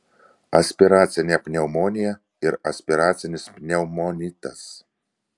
aspiracinė pneumonija ir aspiracinis pneumonitas